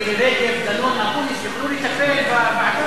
יוכלו לטפל בוועדה